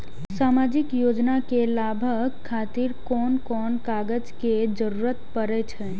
सामाजिक योजना के लाभक खातिर कोन कोन कागज के जरुरत परै छै?